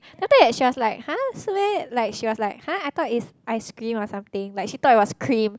then after that she was like !huh! like she was like !huh! I thought it's ice cream or something like she thought it was cream